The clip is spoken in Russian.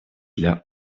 для